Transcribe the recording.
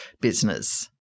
business